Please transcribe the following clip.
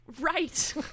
Right